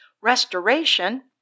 restoration